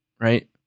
right